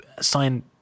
sign